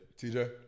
TJ